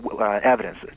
Evidence